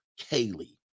Kaylee